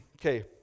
okay